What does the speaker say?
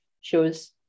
shows